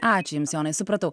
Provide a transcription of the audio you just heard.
ačiū jums jonai supratau